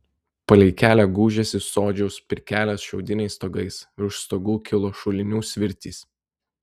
palei kelią gūžėsi sodžiaus pirkelės šiaudiniais stogais virš stogų kilo šulinių svirtys